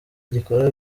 gikora